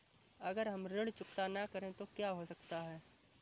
अगर हम ऋण चुकता न करें तो क्या हो सकता है?